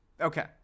Okay